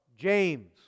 James